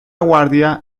guardia